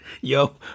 yo